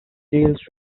deals